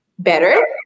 better